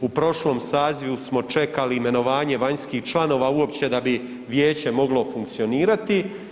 U prošlom sazivu smo čekali imenovanje vanjskih članova uopće da bi vijeće moglo funkcionirati.